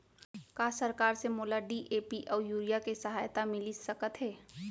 का सरकार से मोला डी.ए.पी अऊ यूरिया के सहायता मिलिस सकत हे?